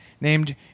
named